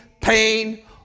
pain